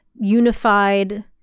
unified